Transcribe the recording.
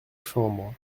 chambre